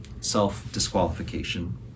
self-disqualification